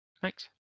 Thanks